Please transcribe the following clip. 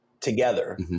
together